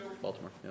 Baltimore